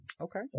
Okay